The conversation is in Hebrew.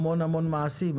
המון המון מעשים.